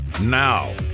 Now